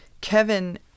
Kevin